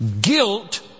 Guilt